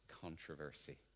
controversy